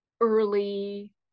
early